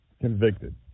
convicted